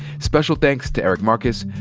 special thanks to eric marcus,